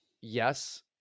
yes